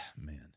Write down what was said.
man